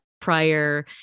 prior